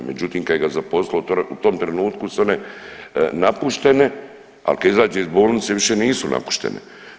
Međutim kad ga je zaposlilo, u tom trenutku su one napuštene, ali kad izađe iz bolnice više nisu napuštene.